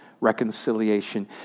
reconciliation